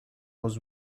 was